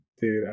dude